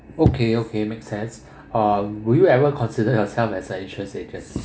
okay okay makes sense or will you ever consider yourself as a insurance agent